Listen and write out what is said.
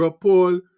Paul